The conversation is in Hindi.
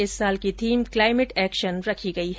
इस साल की थीम क्लाइमेट एक्शन रखा गया है